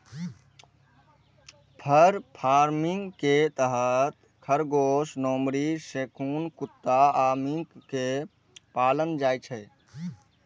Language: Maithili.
फर फार्मिंग के तहत खरगोश, लोमड़ी, रैकून कुत्ता आ मिंक कें पालल जाइ छै